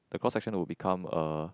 the cross section will become uh